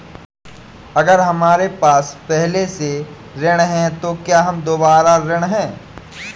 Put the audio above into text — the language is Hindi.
अगर हमारे पास पहले से ऋण है तो क्या हम दोबारा ऋण हैं?